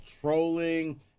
trolling